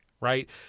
right